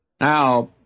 Now